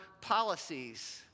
policies